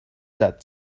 that